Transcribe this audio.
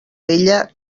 vella